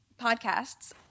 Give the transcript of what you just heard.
podcasts